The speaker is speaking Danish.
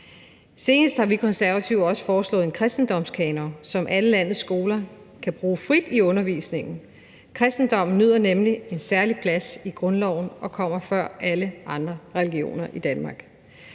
Senest har vi Konservative også foreslået en kristendomskanon, som alle landets skoler kan bruge frit i undervisningen. Kristendommen nyder nemlig en særlig plads i grundloven og kommer før alle andre religioner i Danmark.